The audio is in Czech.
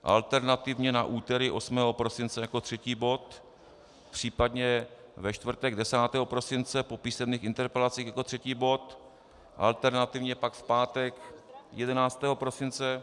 Alternativně na úterý 8. prosince jako třetí bod, případně ve čtvrtek 10. prosince po písemných interpelacích jako třetí bod, alternativně pak v pátek 11. prosince...